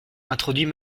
introduits